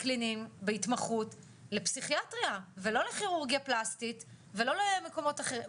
קליניים בהתמחות לפסיכיאטריה ולא לכירורגיה פלסטית ולא למקומות אחרים.